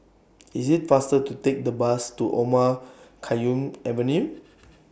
IT IS faster to Take The Bus to Omar Khayyam Avenue